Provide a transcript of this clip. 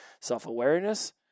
Self-awareness